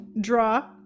draw